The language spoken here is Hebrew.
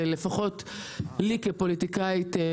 לפחות לי כפוליטיקאית,